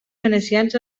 venecians